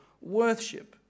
worship